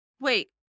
wait